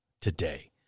today